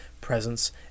presence